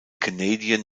canadian